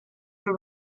for